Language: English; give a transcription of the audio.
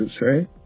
right